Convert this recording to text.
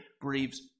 grieves